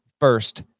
first